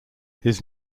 his